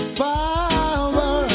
power